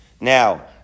now